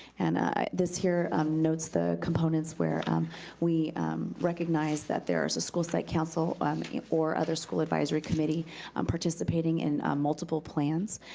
and this here note the components where um we recognized that their is a school site council um or other school advisory committee participating in multiple plans,